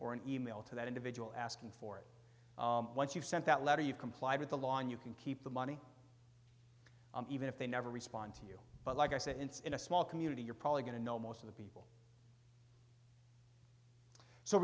or an email to that individual asking for it once you've sent that letter you comply with the law and you can keep the money even if they never respond to you but like i said it's in a small community you're probably going to know most of the people so